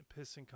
pissing